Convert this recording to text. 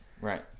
Right